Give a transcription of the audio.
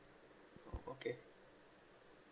okay